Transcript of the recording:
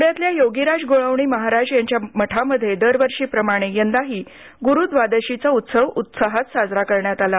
पुण्यातल्या योगीराज गुळवणी महाराज यांच्या मठामध्ये दरवर्षी प्रमाणे यंदाही गुरुव्दादशीचा उत्सव उत्साहात साजरा कऱण्यात आला